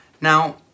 Now